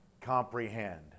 comprehend